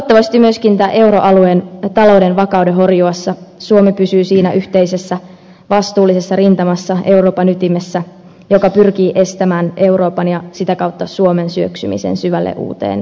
toivottavasti myöskin euroalueen talouden vakauden horjuessa suomi pysyy siinä yhteisessä vastuullisessa rintamassa euroopan ytimessä joka pyrkii estämään euroopan ja sitä kautta suomen syöksymisen syvälle uuteen lamaan